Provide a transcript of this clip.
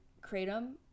kratom